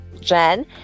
jen